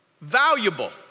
Valuable